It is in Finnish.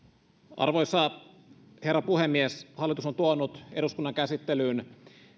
arvoisa herra puhemies hallitus on tuonut eduskunnan käsittelyyn